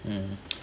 mm